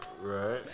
right